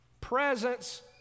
Presence